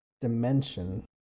dimension